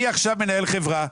אם אני עכשיו מנהל חברה,